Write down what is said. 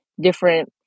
different